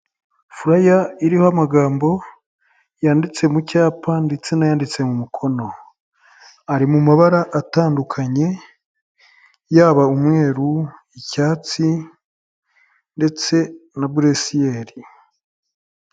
Fureya iriho amagambo yanditse mu cyapa ndetse n'anyanditse mu mukono. Ari mu mabara atandukanye, yaba umweru, icyatsi, ndetse na buresiyeri.